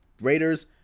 Raiders